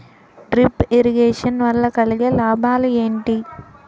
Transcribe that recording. Drip irrigation వల్ల కలిగే లాభాలు ఏంటి?